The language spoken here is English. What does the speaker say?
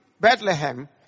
Bethlehem